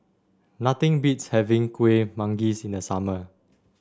nothing beats having Kueh Manggis in the summer